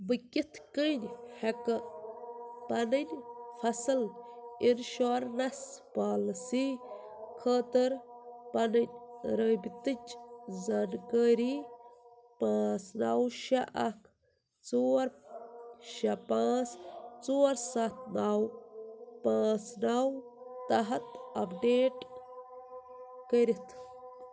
بہٕ کِتھ کٔنۍ ٮ۪کہٕ پنٛنہِ فصٕل انشورنس پالِسی خٲطرٕ پنٕنۍ رٲبطٕچ زانٛکٲری پانژھ نو شےٚ اکھ ژور شےٚ پانٛژھ ژور سَتھ نو پانٛژھ نو تحت اَپڈیٹ کٔرِتھ